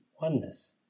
oneness